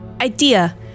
Idea